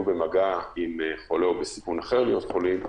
במגע עם חולה או בסיכון אחר להיות חולים,